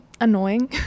annoying